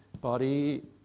body